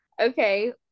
Okay